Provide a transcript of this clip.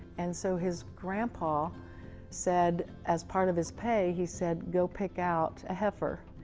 and so, his grandpa said as part of his pay, he said go pick out a heifer.